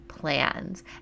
plans